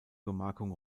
gemarkung